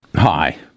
Hi